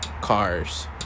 cars